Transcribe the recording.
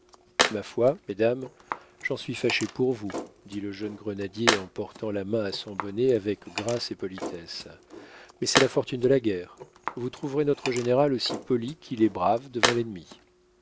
ma foi mesdames j'en suis fâché pour vous dit le jeune grenadier en portant la main à son bonnet avec grâce et politesse mais c'est la fortune de la guerre vous trouverez notre général aussi poli qu'il est brave devant l'ennemi